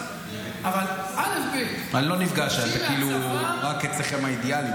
אבל אלף-בית --- אני לא נפגע שכאילו רק אצלכם האידיאלים,